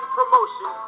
promotion